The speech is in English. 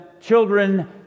children